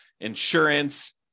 insurance